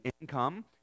income